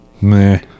Meh